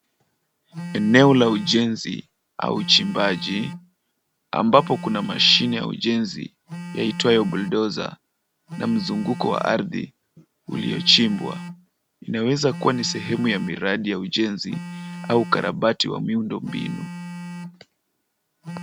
Eneo la ujenzi au uchimbaji ambapo kuna mashine ya ujenzi yaitwayo bulldozer na mzunguko wa ardhi uliochimbwa. Inaweza kuwa ni sehemu ya miradi ya ujenzi au ukarabati wa miundo mbinu.